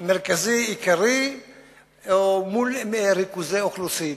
מרכזי עיקרי או מול ריכוזי אוכלוסין.